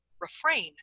refrain